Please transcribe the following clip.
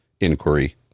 inquiry